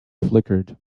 flickered